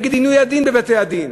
נגד עינוי הדין בבתי-הדין.